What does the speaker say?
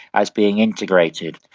as being integrated.